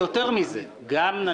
יותר מזה גם אם,